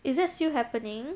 is it still happening